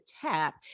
tap